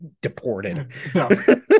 deported